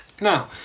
Now